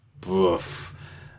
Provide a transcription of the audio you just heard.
Boof